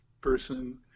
person